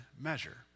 measure